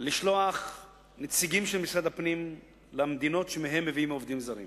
לשלוח נציגים של משרד הפנים למדינות שמהן מביאים עובדים זרים